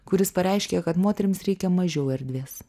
kuris pareiškė kad moterims reikia mažiau erdvės